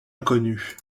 inconnue